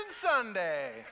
Sunday